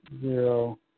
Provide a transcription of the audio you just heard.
zero